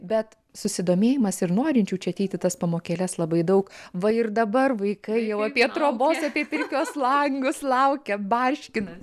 bet susidomėjimas ir norinčių čia ateit į tas pamokėles labai daug va ir dabar vaikai jau apie trobos apie pirkios langus laukia barškinas